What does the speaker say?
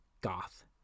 goth